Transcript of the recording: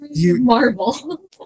Marvel